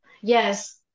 yes